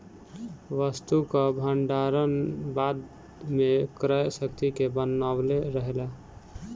वस्तु कअ भण्डारण बाद में क्रय शक्ति के बनवले रहेला